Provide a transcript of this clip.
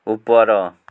ଉପର